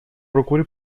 procure